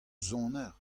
soner